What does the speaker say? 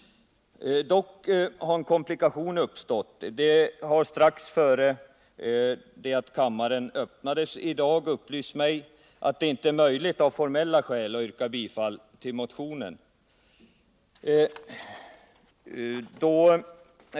Dock har en komplikation uppstått. Strax innan kammarens sammanträde började i dag upplystes jag om att det av formella skäl inte är möjligt att yrka bifall till motionen.